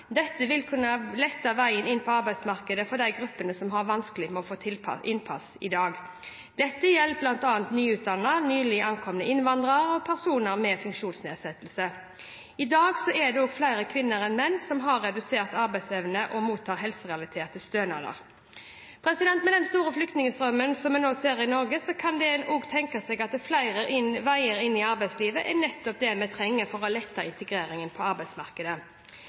Dette vil kunne lette veien inn på arbeidsmarkedet for de gruppene som har vanskelig for å få innpass i dag. Dette gjelder bl.a. nyutdannede, nylig ankomne innvandrere og personer med funksjonsnedsettelse. I dag er det også flere kvinner enn menn som har redusert arbeidsevne og mottar helserelaterte stønader. Med den store flyktningstrømmen vi nå ser til Norge, kan en også tenke seg at flere veier inn i arbeidslivet er nettopp det vi trenger for å lette integreringen på arbeidsmarkedet.